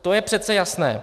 To je přece jasné.